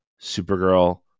supergirl